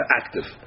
active